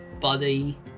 Buddy